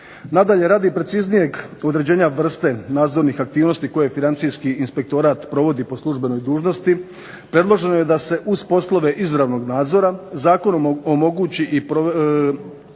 Nadalje radi preciznijeg određenja vrste nadzornih aktivnosti koje financijski inspektorat provodi po službenoj dužnosti, predloženo je da se uz poslove izravnog nadzora zakonom omogući i provedba